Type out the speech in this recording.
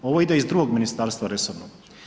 Ovo ide iz drugog ministarstva resornog.